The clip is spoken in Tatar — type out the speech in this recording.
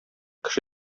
кеше